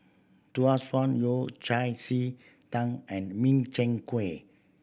Tau Suan Yao Cai ji tang and Min Chiang Kueh